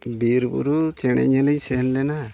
ᱵᱤᱨᱼᱵᱩᱨᱩ ᱪᱮᱬᱮ ᱧᱮᱞᱤᱧ ᱥᱮᱱ ᱞᱮᱱᱟ